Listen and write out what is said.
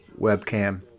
Webcam